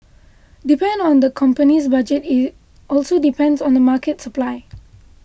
depend on the company's budget and it also depends on the market supply